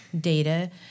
data